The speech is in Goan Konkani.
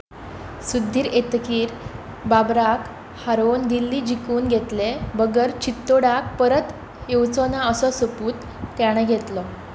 सुद्दीर येतकीर बाबराक हारोवन दिल्ली जिखून घेतले बगर चित्तोडाक परत येवचोंना असो सोपूत ताणें घेतलो